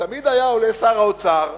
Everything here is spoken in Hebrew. ותמיד היה עולה שר האוצר,